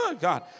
God